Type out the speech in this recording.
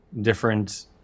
different